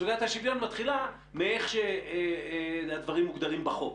סוגיית השוויון מתחילה מאיך שהדברים מוגדרים בחוק,